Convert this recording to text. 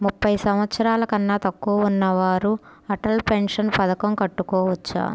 ముప్పై సంవత్సరాలకన్నా తక్కువ ఉన్నవారు అటల్ పెన్షన్ పథకం కట్టుకోవచ్చా?